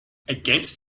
against